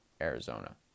Arizona